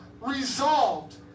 resolved